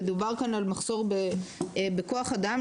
ודובר כאן על מחסור בכוח אדם.